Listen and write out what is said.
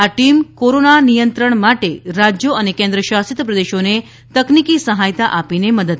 આ ટીમ કોરોનાના નિયંત્રણ માટે રાજ્યો અને કેન્દ્રશાશિત પ્રદેશોને તકનિકી સહાયતા આપીને મદદ કરશે